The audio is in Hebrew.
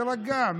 תירגע.